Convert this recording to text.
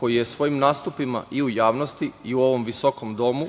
koji je svojim nastupima i u javnosti i u ovom visokom domu